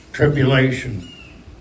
tribulation